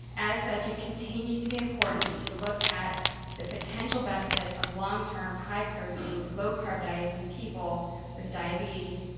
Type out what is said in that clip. as such it continues to be important to look at the potential benefit of long-term high protein, low carb diets in people with diabetes,